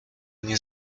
nie